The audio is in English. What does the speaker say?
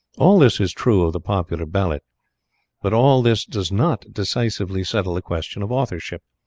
all this is true of the popular ballad but all this does not decisively settle the question of authorship.